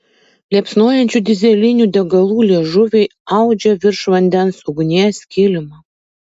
liepsnojančių dyzelinių degalų liežuviai audžia virš vandens ugnies kilimą